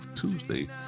Tuesday